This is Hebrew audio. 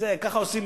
ככה עושים?